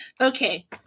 Okay